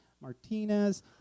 Martinez